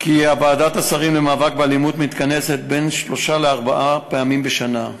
כי ועדת השרים למאבק באלימות מתכנסת בין שלוש לארבע פעמים בשנה,